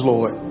Lord